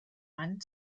mann